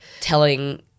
telling